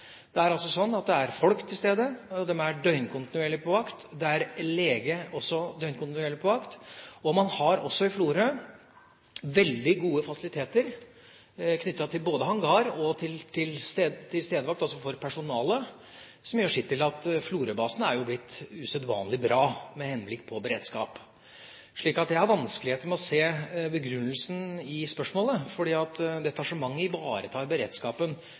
Det er altså sånn at det er folk til stede, og de er døgnkontinuerlig på vakt. Det er også døgnkontinuerlig lege på vakt. I Florø har man også veldig gode fasiliteter knyttet både til hangar og til tilstedevakt – altså for personalet – som gjør sitt til at Florø-basen er blitt usedvanlig bra med henblikk på beredskap. Jeg har vanskeligheter med å se begrunnelsen i spørsmålet. Detasjementet ivaretar beredskapen fullt ut. Jeg må også legge til at